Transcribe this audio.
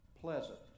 Pleasant